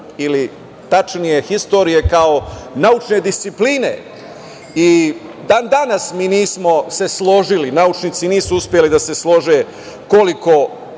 ili tačnije, historije kao naučne discipline, i dan danas se mi nismo složili, naučnici nisu uspeli da se slože koliko